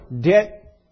debt